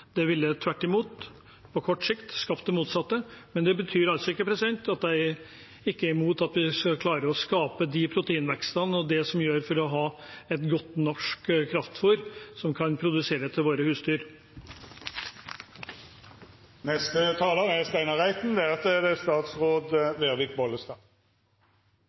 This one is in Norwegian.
Det betyr ikke at jeg er imot at vi skal klare å skape de proteinvekstene og det som skal til for å ha et godt norsk kraftfôr, som vi kan produsere til våre husdyr. Det er noe forunderlig med at når Stortinget debatterer landbrukspolitikk, blir det